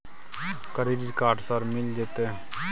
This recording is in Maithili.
क्रेडिट कार्ड सर मिल जेतै?